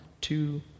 two